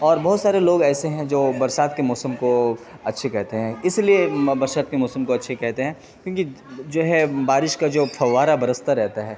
اور بہت سارے لوگ ایسے ہیں جو برسات کے موسم کو اچھے کہتے ہیں اس لیے برسات کے موسم کو اچھے کہتے ہیں کیونکہ جو ہے بارش کا جو فوارہ برستا رہتا ہے